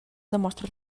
demostra